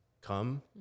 come